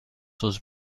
was